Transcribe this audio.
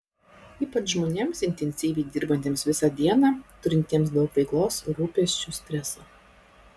ypač žmonėms intensyviai dirbantiems visą dieną turintiems daug veiklos rūpesčių streso